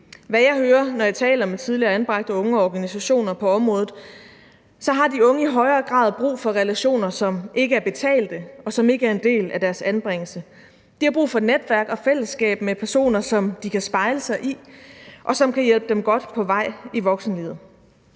hvad jeg hører, når jeg taler med tidligere anbragte unge og organisationer på området, har de unge i højere grad brug for relationer, som ikke er betalte, og som ikke er en del af deres anbringelse. De har brug for netværk og fællesskab med personer, som de kan spejle sig i, og som kan hjælpe dem godt på vej i voksenlivet.